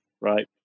right